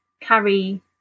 carry